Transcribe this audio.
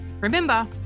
Remember